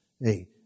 hey